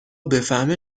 بفهمه